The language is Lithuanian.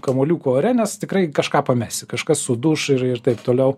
kamuoliukų ore nes tikrai kažką pamesi kažkas suduš ir ir taip toliau